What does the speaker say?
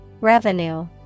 Revenue